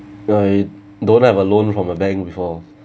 ya you don't have a loan from a bank before